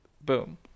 Boom